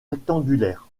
rectangulaires